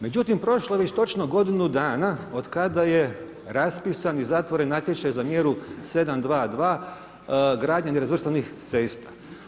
Međutim, prošlo je već točno godinu dana otkada je raspisan i zatvoren natječaj za mjeru 722 gradnja nerazvrstanih cesta.